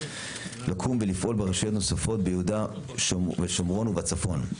לקום ולפעול ברשויות נוספות ביהודה ושומרון ובצפון.